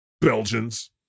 Belgians